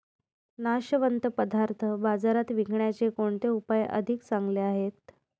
नाशवंत पदार्थ बाजारात विकण्याचे कोणते उपाय अधिक चांगले आहेत?